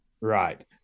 right